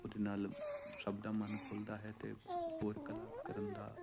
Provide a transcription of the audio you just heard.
ਉਹਦੇ ਨਾਲ ਸਭ ਦਾ ਮਨ ਖੁੱਲਦਾ ਹੈ ਅਤੇ ਹੋਰ ਕਲਾ ਕਰਨ ਦਾ